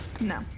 No